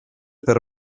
per